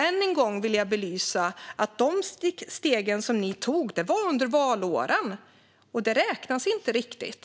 Än en gång vill jag belysa att ni tog de steg som ni tog under valåren, och det räknas inte riktigt.